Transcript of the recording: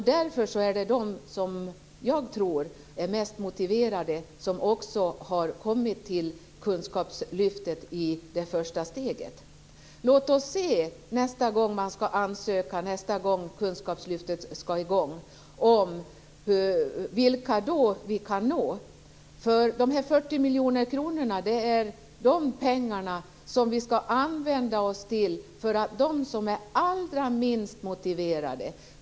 Därför tror jag att det är de som är mest motiverade som har kommit till det första steget i kunskapslyftet. Låt oss se vilka vi kan nå nästa gång ansökningarna görs till kunskapslyftet. De 40 miljoner kronorna är de pengar som vi skall använda till dem som är allra minst motiverade.